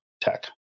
tech